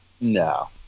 No